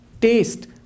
taste